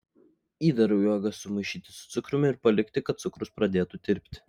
įdarui uogas sumaišyti su cukrumi ir palikti kad cukrus pradėtų tirpti